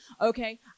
Okay